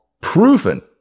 proven